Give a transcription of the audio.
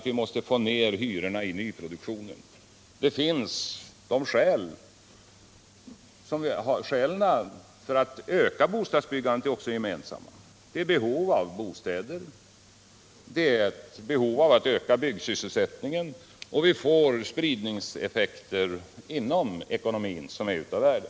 Vi har också samma syn när det gäller skälen till att öka bostadsbyggandet: det föreligger ett behov av bostäder och ett behov av att öka byggsysselsättningen, och vi får dessutom spridningseffekter inom ekonomin som är av värde.